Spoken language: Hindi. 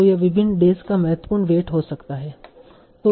तो यह विभिन्न डेज का महत्वपूर्ण वेट हो सकता है